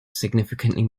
significantly